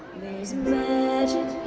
there's magic